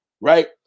right